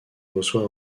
reçoit